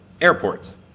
airports